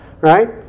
right